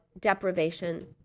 deprivation